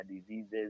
diseases